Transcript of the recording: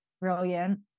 Brilliant